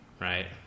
right